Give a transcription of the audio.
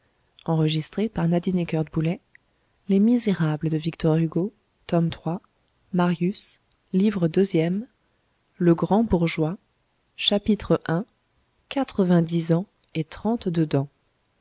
livre deuxième le grand bourgeois chapitre i quatrevingt dix ans et trente-deux dents